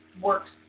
works